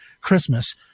Christmas